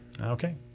Okay